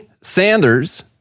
Sanders